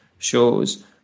shows